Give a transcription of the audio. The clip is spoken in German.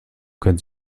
können